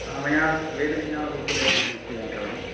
मया वेदविज्ञानगुरुकुले अधीतमस्ति व्याकरणम्